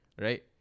right